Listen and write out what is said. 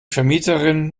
vermieterin